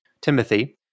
Timothy